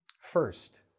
first